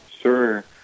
Sure